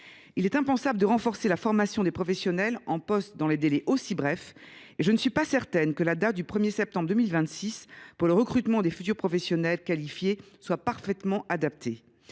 Il est impensable de renforcer la formation des professionnels en poste dans les délais aussi brefs. Je ne suis pas certaine que la date du 1 septembre 2026 fixée pour le recrutement des futurs professionnels qualifiés soit parfaitement adaptée.